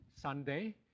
Sunday